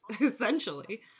essentially